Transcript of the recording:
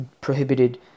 prohibited